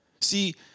see